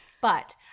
But-